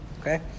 okay